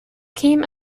came